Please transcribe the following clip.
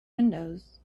windows